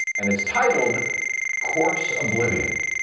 and it's titled course oblivion.